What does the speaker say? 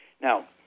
Now